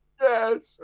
Yes